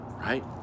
Right